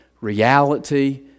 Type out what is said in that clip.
reality